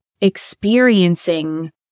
experiencing